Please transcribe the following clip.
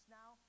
now